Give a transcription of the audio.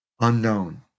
unknown